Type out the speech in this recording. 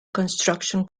construction